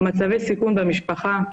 מצבי סיכון במשפחה,